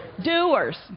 doers